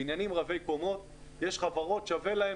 בניינים רבי קומות ויש חברות ששווה להן